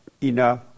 enough